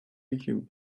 you